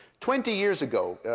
twenty years ago,